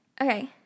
Okay